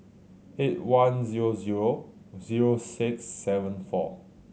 eight one zero zero zero six seven four